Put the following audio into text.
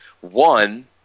One